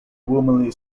womanly